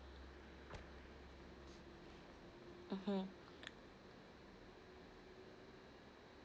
mmhmm